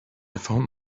found